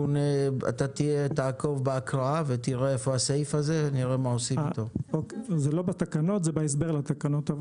זה לא דבר שנמצא בתקנות, זה נמצא בהערות לתקנות.